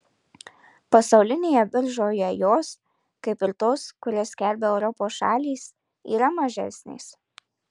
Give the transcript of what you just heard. pasaulinėje biržoje jos kaip ir tos kurias skelbia europos šalys yra mažesnės